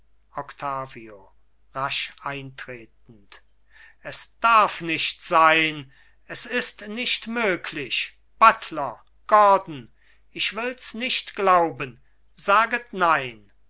rasch eintretend es darf nicht sein es ist nicht möglich buttler gordon ich wills nicht glauben saget nein